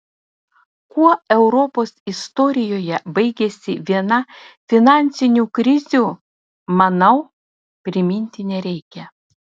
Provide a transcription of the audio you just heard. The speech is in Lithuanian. kuo europos istorijoje baigėsi viena finansinių krizių manau priminti nereikia